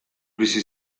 bizi